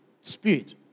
spirit